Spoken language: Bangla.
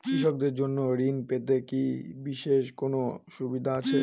কৃষকদের জন্য ঋণ পেতে কি বিশেষ কোনো সুবিধা আছে?